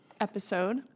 episode